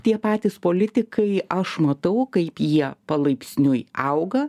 tie patys politikai aš matau kaip jie palaipsniui auga